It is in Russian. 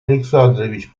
александрович